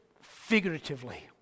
figuratively